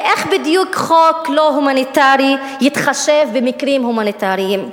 ואיך בדיוק חוק לא הומניטרי יתחשב במקרים הומניטריים?